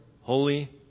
holy